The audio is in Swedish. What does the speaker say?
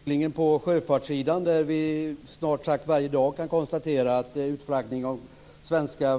Herr talman! Jag vill ställa en fråga till statsrådet Rosengren. Jag vill anknyta till utvecklingen på sjöfartssidan, där vi snart sagt varje dag kan konstatera att utflaggning av svenska